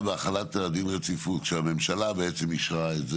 היא בהחלת דין רצופה שהממשלה אישרה.